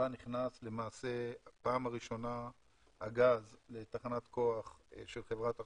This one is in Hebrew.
אז נכנס בפעם הראשונה הגז לתחנת כוח של חברת החשמל.